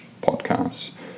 podcasts